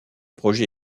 projet